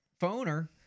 phoner